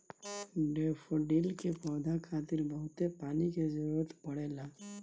daffodil के पौधा खातिर बहुते पानी के जरुरत पड़ेला